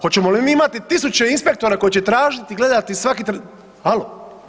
Hoćemo li imati tisuće inspektora koji će tražiti i gledati svaki, alo?